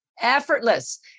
effortless